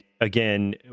again